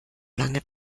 lange